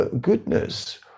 goodness